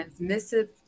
transmissive